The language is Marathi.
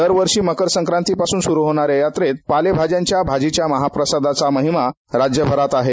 दरवर्षी मकर संक्रांतीपासून सुरु होणाऱ्या यात्रेत पालेभाज्यांच्या भाजीच्या महाप्रसादाची महिमा राज्यभरांमध्ये प्रसिद्ध आहे